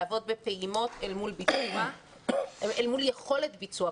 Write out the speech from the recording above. לעבוד בפעימות אל מול יכולת ביצוע.